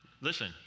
listen